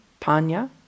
panya